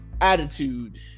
attitude